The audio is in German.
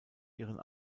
ihren